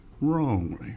wrongly